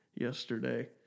yesterday